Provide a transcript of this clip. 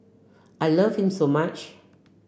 I love him so much